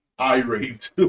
irate